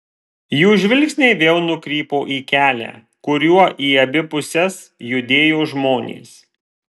jų žvilgsniai vėl nukrypo į kelią kuriuo į abi puses judėjo žmonės